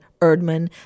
Erdman